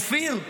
אופיר,